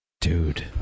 Dude